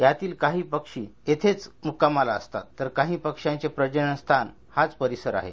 यातील काही पक्षी अनेक दिवस येथेच मुक्कामाला असतात तर काही पक्षांचे प्रजनन स्थान हाच परिसर आहे